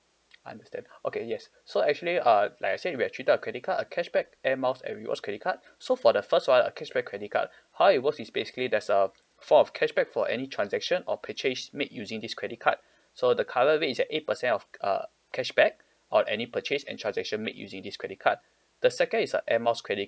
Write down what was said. I understand okay yes so actually uh like I said we have three type of credit card uh cashback Air Miles and rewards credit card so for the first one a cashback credit card how it works is basically there's a form of cashback for any transaction or purchase made using this credit card so the current rate is at eight percent of uh cashback on any purchase and transaction made using this credit card the second is a Air Miles credit